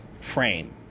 frame